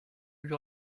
lui